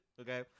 Okay